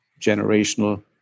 generational